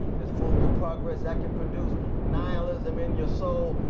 there's forms of progress that can produce nihilism in your soul,